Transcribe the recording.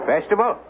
Festival